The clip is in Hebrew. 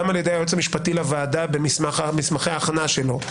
גם על ידי היועץ המשפטי לוועדה במסמכי ההכנה שלו,